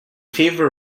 favor